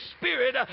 Spirit